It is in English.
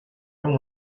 and